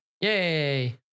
Yay